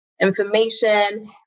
information